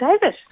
David